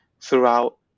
throughout